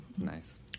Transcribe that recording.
Nice